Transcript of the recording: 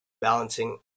balancing